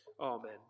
Amen